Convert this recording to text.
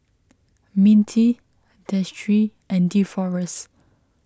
Mintie Destry and Deforest